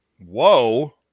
Whoa